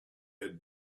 had